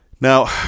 Now